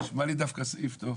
נשמע לי דווקא סעיף טוב.